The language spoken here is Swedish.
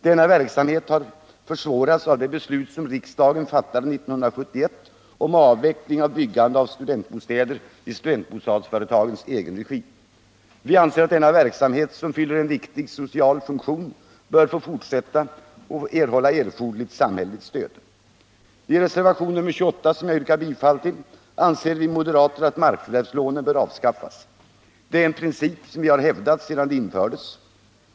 Denna verksamhet har försvårats av det beslut som riksdagen fattade 1971 om avveckling av byggande av studentbostäder i studentbostadsföretagens egen regi. Vi anser att denna verksamhet, som fyller en viktig social funktion, bör få fortsätta och få erforderligt stöd. I reservation nr 28, som jag yrkar bifall till, anser vi moderater att markförvärvslånen bör avskaffas. Det är en princip som vi hävdat ända sedan de infördes.